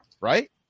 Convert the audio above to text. right